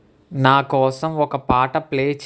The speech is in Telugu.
నాకోసం ఒక పాట ప్లే చేయి